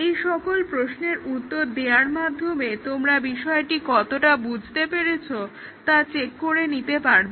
এই সকল প্রশ্নের উত্তর দেওয়ার মাধ্যমে তোমরা বিষয়টি কতটা বুঝতে পেরেছো তা চেক করে নিতে পারবে